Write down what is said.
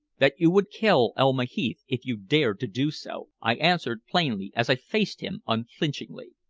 that you would kill elma heath if you dared to do so, i answered plainly, as i faced him unflinchingly.